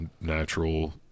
natural